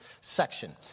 section